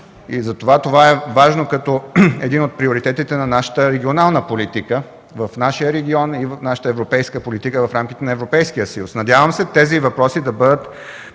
Това е важно като един от приоритетите на нашата регионална политика в нашия регион и европейската ни политика в рамките на Европейския съюз. Надявам се тези въпроси да бъдат